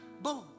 Boom